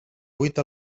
buit